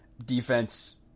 Defense